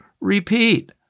repeat